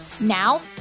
Now